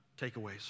takeaways